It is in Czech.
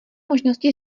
možnosti